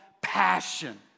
passion